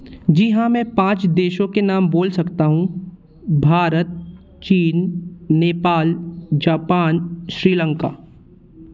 जी हाँ मैं पाँच देशों के नाम बोल सकता हूँ भारत चीन नेपाल जापान श्रीलंका